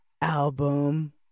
album